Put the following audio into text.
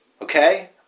Okay